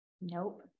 Nope